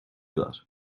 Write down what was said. that